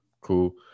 Cool